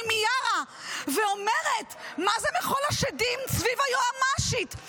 מיארה ואומרת: מה זה מחול השדים סביב היועמ"שית?